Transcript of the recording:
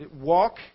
Walk